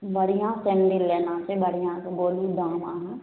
बढ़ियाँ सेंडिल लेना छै बढ़िआँ तऽ बोलू दाम अहाँ